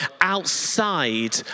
outside